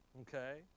okay